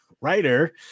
writer